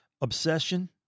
Obsession